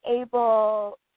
able